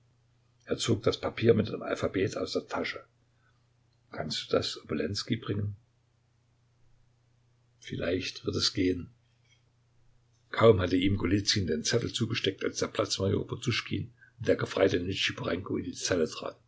er zog das papier mit dem alphabet aus der tasche kannst du das obolenskij bringen vielleicht wird es gehen kaum hatte ihm golizyn den zettel zugesteckt als der platz major poduschkin und der gefreite